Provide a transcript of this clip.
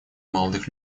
молодых